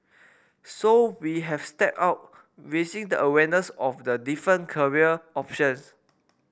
so we have stepped up raising the awareness of the different career options